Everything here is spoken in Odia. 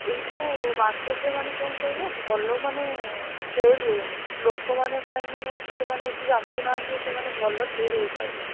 ଏଇ ଯେଉଁ ମାର୍କେଟ୍ରେ ମାନେ କ'ଣ କହିଲ ଭଲ ମାନେ ସେଲ୍ ହଉନି ଲୋକମାନେ କାହିଁ ମାନେ ଏତେ ମାନେ ଏଠିକି ଆସୁନାହାନ୍ତି ଏତେ ମାନେ ଭଲ ସେଲ୍ ହେଇପାରୁନାହିଁ